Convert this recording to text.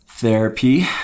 therapy